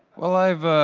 well, i've